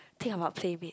think about PlayMade ugh